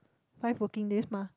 five working days mah